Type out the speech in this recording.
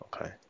Okay